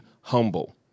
humble